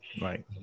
Right